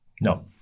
No